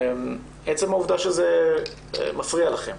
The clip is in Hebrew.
עצם העובדה שזה מפריע לכם